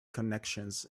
connections